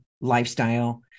lifestyle